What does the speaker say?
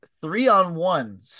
three-on-one